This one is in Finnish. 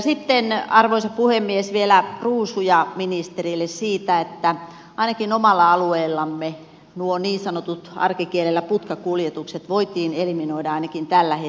sitten arvoisa puhemies vielä ruusuja ministerille siitä että ainakin omalla alueellamme nuo niin sanotut arkikielellä putkakuljetukset on voitu eliminoida ainakin tällä hetkellä